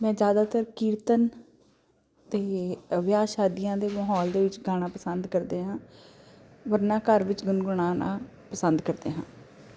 ਮੈਂ ਜ਼ਿਆਦਾਤਰ ਕੀਰਤਨ ਅਤੇ ਵਿਆਹ ਸ਼ਾਦੀਆਂ ਦੇ ਮਾਹੌਲ ਦੇ ਵਿੱਚ ਗਾਣਾ ਪਸੰਦ ਕਰਦੇ ਹਾਂ ਵਰਨਾ ਘਰ ਵਿੱਚ ਗੁਣਗੁਣਾਉਣਾ ਪਸੰਦ ਕਰਦੇ ਹਾਂ